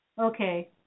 okay